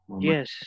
Yes